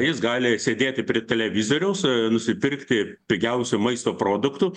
jis gali sėdėti prie televizoriaus nusipirkti pigiausių maisto produktų